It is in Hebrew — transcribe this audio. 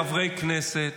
חברי כנסת